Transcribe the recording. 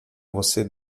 você